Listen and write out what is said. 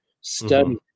study